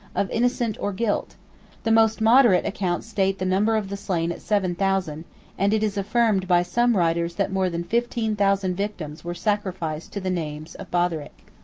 of innocence or guilt the most moderate accounts state the number of the slain at seven thousand and it is affirmed by some writers that more than fifteen thousand victims were sacrificed to the names of botheric.